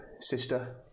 sister